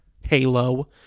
Halo